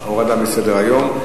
הורדה מסדר-היום.